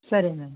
సరే అండి